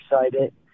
excited